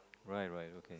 right right okay